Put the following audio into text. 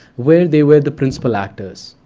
where they were the principal actors,